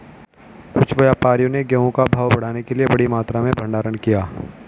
कुछ व्यापारियों ने गेहूं का भाव बढ़ाने के लिए बड़ी मात्रा में भंडारण किया